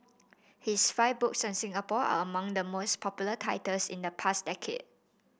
his five books on Singapore are among the most popular titles in the past decade